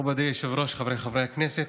מכובדי היושב-ראש, חבריי חברי הכנסת,